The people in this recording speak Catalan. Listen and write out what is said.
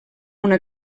una